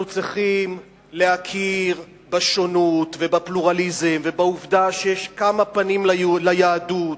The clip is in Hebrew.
אנחנו צריכים להכיר בשונות ובפלורליזם ובעובדה שיש כמה פנים ליהדות,